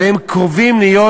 אבל הן קרובות להיות